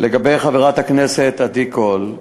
לגבי חברת הכנסת עדי קול,